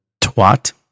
twat